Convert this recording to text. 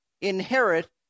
inherit